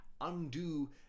undo